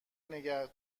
نگه